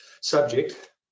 subject